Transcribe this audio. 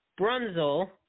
Brunzel